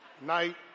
night